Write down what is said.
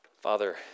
Father